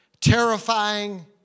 terrifying